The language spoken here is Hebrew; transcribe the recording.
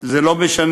זה לא משנה,